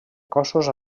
cossos